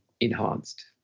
enhanced